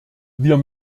wir